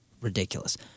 Ridiculous